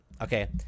Okay